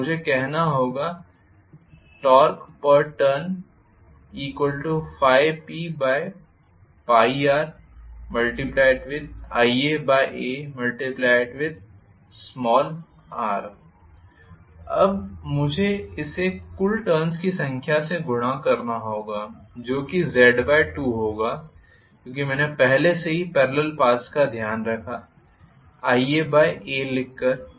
तो मुझे कहना होगा TorqueTurn∅PπrIaar अब मुझे इसे कुल टर्न्स की संख्या से गुणा करना होगा जो कि Z2 होगा क्योंकि मैने पहले से ही पेरलल पाथ्स का ध्यान रखा Iaa लिखकर